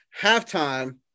halftime